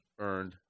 earned